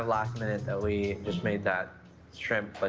last minute that we just made that shrimp, but